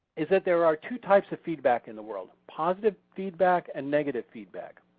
is that there are two types of feedback in the world positive feedback and negative feedback.